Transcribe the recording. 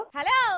Hello